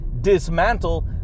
dismantle